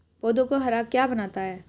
पौधों को हरा क्या बनाता है?